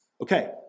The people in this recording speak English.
Okay